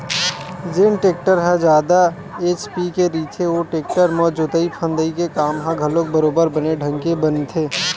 जेन टेक्टर ह जादा एच.पी के रहिथे ओ टेक्टर म जोतई फंदई के काम ह घलोक बरोबर बने ढंग के बनथे